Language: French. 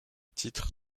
titre